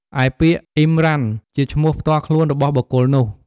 ឯពាក្យអ៊ីមរ៉ាន ជាឈ្មោះផ្ទាល់ខ្លួនរបស់បុគ្គលនោះ។